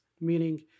meaning